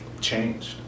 changed